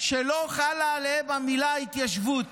שלא חלה עליהם המילה "התיישבות".